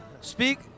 Speak